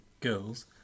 girls